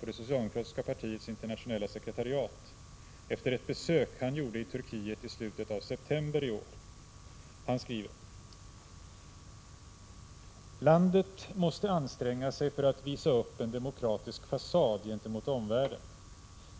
på det socialdemokratiska partiets internationella sekretariat efter ett besök han gjorde i Turkiet i slutet av september i år. Han skriver: ”Landet måste anstränga sig att visa upp en demokratisk fasad gentemot omvärlden.